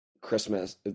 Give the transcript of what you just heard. Christmas